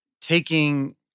taking